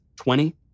Twenty